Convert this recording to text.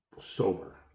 sober